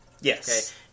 Yes